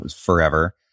forever